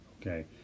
Okay